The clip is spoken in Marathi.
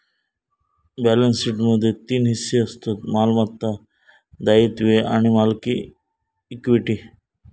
बॅलेंस शीटमध्ये तीन हिस्से असतत मालमत्ता, दायित्वे आणि मालकी इक्विटी